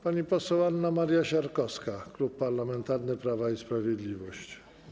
Pani poseł Anna Maria Siarkowska, Klub Parlamentarny Prawo i Sprawiedliwość.